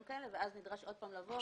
כאלה ואז נדרש עוד פעם לבוא ותבדוק.